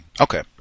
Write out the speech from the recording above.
Okay